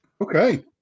Okay